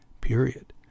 period